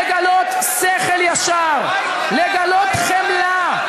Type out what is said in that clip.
לגלות שכל ישר, לגלות חמלה,